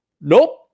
Nope